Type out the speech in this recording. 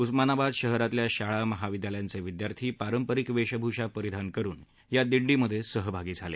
उस्मानाबाद शहरातल्या शाळा महाविद्यालयांचे विद्यार्थी पारंपरिक वेशभूषा परिधान करून या दिंडीमध्ये सहभागी झाले